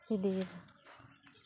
ᱤᱫᱤᱭᱮᱫᱟ